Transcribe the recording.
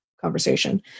conversation